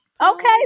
Okay